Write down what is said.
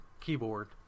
keyboard